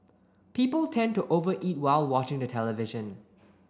people tend to over eat while watching the television